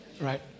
Right